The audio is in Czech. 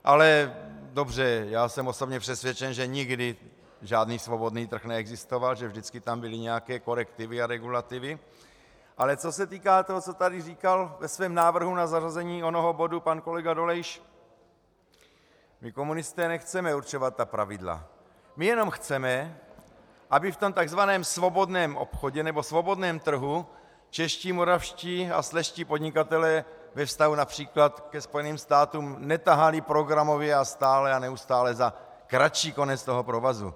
Ale dobře, já jsem osobně přesvědčen, že nikdy žádný svobodný trh neexistoval, že tam vždycky byly nějaké korektivy a regulativy, ale co se týká toho, co tu říkal ve svém návrhu na zařazení onoho bodu pan kolega Dolejš, my komunisté nechceme určovat pravidla, my jen chceme, aby v tom tzv. svobodném obchodě, svobodném trhu čeští, moravští a slezští podnikatelé ve vztahu např. ke Spojeným státům netahali programově a stále a neustále za kratší konec toho provazu.